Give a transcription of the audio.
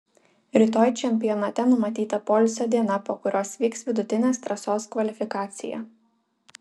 rytoj čempionate numatyta poilsio diena po kurios vyks vidutinės trasos kvalifikacija